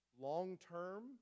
long-term